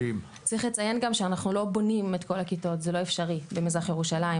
צריך לציין גם שאנחנו לא בונים את כל הכיתות זה לא אפשרי במזרח ירושלים,